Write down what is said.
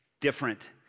different